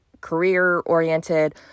career-oriented